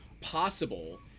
possible